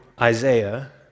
Isaiah